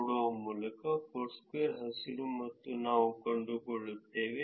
5 ಕಿಲೋಮೀಟರ್ಗಳಿಗಿಂತ ಚಿಕ್ಕದಾದ ತ್ರಿಜ್ಯದಲ್ಲಿ 52 ಪ್ರತಿಶತದಷ್ಟು ತೀರ್ಮಾನಗಳನ್ನು ನಾವು ಕಂಡುಕೊಳ್ಳುತ್ತೇವೆ